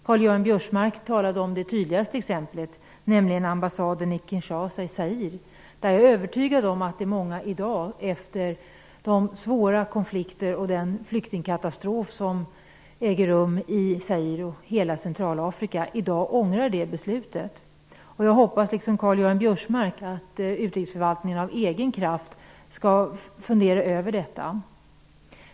Karl-Göran Biörsmark talade om det tydligaste exemplet, nämligen ambassaden i Kinshasa i Zaire. Jag är övertygad om att många i dag, med tanke på de svåra konflikter som har uppstått och den flyktingkatastrof som äger rum i Zaire och hela Centralafrika, ångrar det beslutet. Jag hoppas liksom Karl-Göran Biörsmark att utrikesförvaltningen av egen kraft skall fundera över detta.